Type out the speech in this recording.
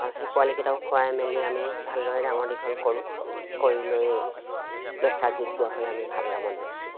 আৰু সেই পোৱালিকেইটাও খুৱাই মেলি আমি ভালদৰে ডাঙৰ দীঘল কৰোঁ কৰি লৈ বেচা যোগ্য হ'লে আমি ভাল দামত বেচোঁ